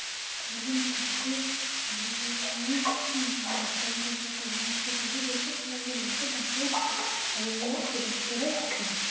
ତାହେଲେ ମୁଁ ତାଙ୍କୁ ସବୁବେଳପାଇଁ ଡକ୍ଟରଙ୍କ ସହ ପରାମର୍ଶ କରି ଯେତେପ୍ରକାର ବି ଲାଗୁ ତାଙ୍କୁ ସବୁବେଳେ ସୁରକ୍ଷିତରେ ରଖେ